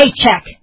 paycheck